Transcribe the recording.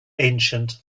ancient